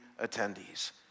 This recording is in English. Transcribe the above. attendees